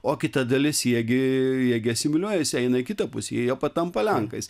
o kita dalis jie gi jie gi asimiliuojasi eina į kitą pusę jie patampa lenkais